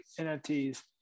NFTs